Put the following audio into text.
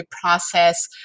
process